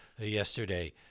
yesterday